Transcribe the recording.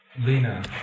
Lena